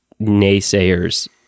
naysayers